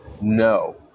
No